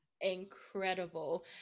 incredible